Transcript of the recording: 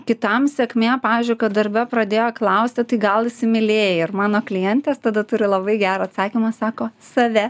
kitam sėkmė pavyzdžiui kad darbe pradėjo klausti tai gal įsimylėjai ir mano klientės tada turi labai gerą atsakymą sako save